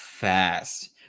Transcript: Fast